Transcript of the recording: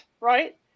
right